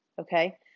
Okay